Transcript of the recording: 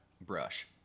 brush